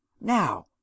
now